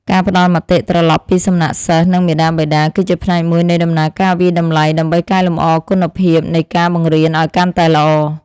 ការផ្តល់មតិត្រឡប់ពីសំណាក់សិស្សនិងមាតាបិតាគឺជាផ្នែកមួយនៃដំណើរការវាយតម្លៃដើម្បីកែលម្អគុណភាពនៃការបង្រៀនឱ្យកាន់តែល្អ។